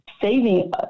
saving